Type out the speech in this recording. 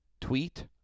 tweet